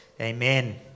Amen